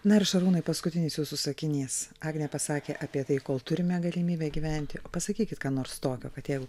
na ir šarūnai paskutinis jūsų sakinys agnė pasakė apie tai kol turime galimybę gyventi o pasakykit ką nors tokio kad jeigu